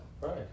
Right